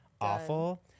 awful